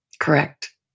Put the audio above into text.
Correct